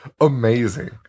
amazing